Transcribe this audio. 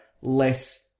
less